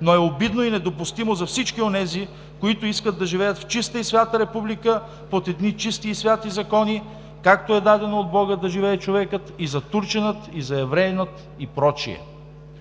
но е обидно и недопустимо за всички онези, които искат да живеят в чиста и свята Република под едни чисти и свети закони, както е дадено от Бога да живее човекът – и за турчина, и за евреина, и прочие.